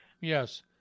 Yes